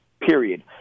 period